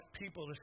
people